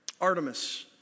Artemis